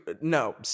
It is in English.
no